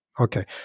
okay